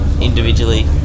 individually